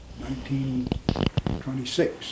1926